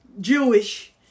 Jewish